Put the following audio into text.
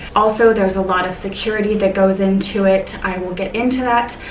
also, there's a lot of security that goes into it. i will get into that,